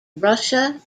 russia